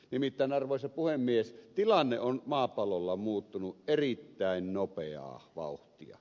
nimittäin arvoisa puhemies tilanne on maapallolla muuttunut erittäin nopeaa vauhtia